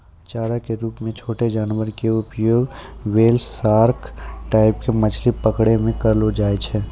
चारा के रूप मॅ छोटो जानवर के उपयोग व्हेल, सार्क टाइप के मछली पकड़ै मॅ करलो जाय छै